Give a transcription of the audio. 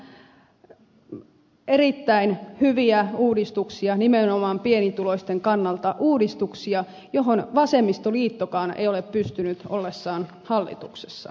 nämä ovat erittäin hyviä uudistuksia nimenomaan pienituloisten kannalta uudistuksia joihin vasemmistoliittokaan ei ole pystynyt ollessaan hallituksessa